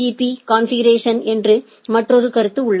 பீ configuration என்று மற்றொரு கருத்து உள்ளது